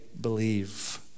believe